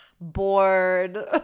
bored